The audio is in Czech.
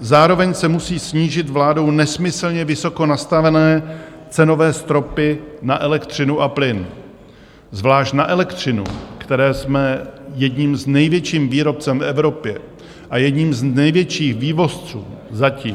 Zároveň se musí snížit vládou nesmyslně vysoko nastavené cenové stropy na elektřinu a plyn, zvlášť na elektřinu, které jsme jedním z největších výrobců v Evropě a jedním z největších vývozců zatím.